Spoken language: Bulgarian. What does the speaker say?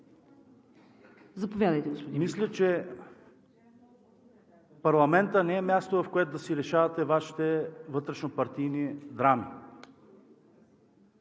Заповядайте, господин Биков. ТОМА БИКОВ: Мисля, че парламентът не е място, в което да си решавате Вашите вътрешнопартийни драми.